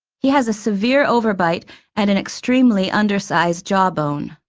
he has a severe overbite and an extremely undersized jawbone.